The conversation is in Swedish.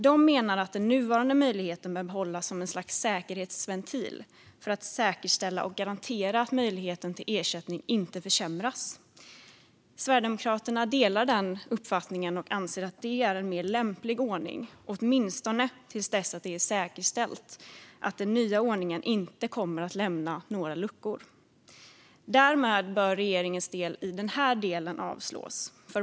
De menar att den nuvarande möjligheten bör behållas som ett slags säkerhetsventil för att säkerställa och garantera att möjligheten till ersättning inte försämras. Sverigedemokraterna delar den uppfattningen och anser att det är en mer lämplig ordning, åtminstone till dess att det är säkerställt att den nya ordningen inte kommer att lämna några luckor. Därmed bör regeringens förslag i denna del avslås.